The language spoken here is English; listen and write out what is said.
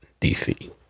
DC